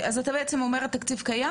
אז אתה אומר שהתקציב קיים,